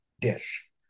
dish